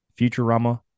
futurama